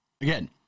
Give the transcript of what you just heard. Again